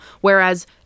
Whereas